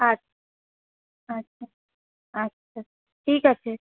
আচ্ছা আচ্ছা আচ্ছা ঠিক আছে